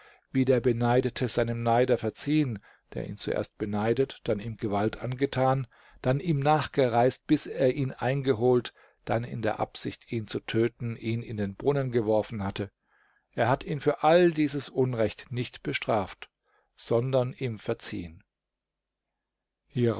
wie der beneidete seinem neider verziehen der ihn zuerst beneidet dann ihm gewalt angetan dann ihm nachgereist bis er ihn eingeholt dann in der absicht ihn zu töten ihn in den brunnen geworfen hatte er hat ihn für all dieses unrecht nicht bestraft sondern ihm verziehen hierauf